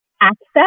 access